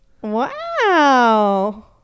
wow